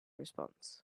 response